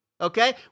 Okay